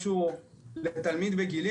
משהו לתלמיד בגילי,